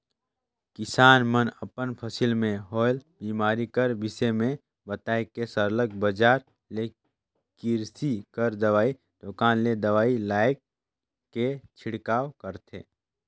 किसान मन अपन फसिल में होवल बेमारी कर बिसे में बताए के सरलग बजार ले किरसी कर दवई दोकान ले दवई लाएन के छिड़काव करथे